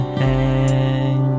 hang